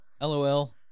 LOL